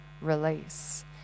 release